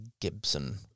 Gibson